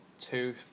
two